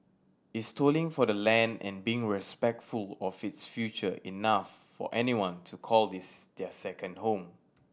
is toiling for the land and being respectful of its future enough for anyone to call this their second home